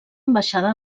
ambaixada